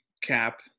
Cap